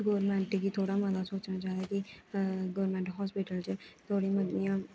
government गी थोह्ड़ा मता सोचना चाहिदा कि गौरमैंट हास्पिटल च थोह्ड़ियां मतियां